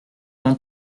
m’en